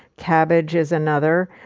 kabbage is another.